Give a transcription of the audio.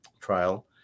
trial